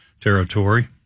Territory